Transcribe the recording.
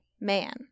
man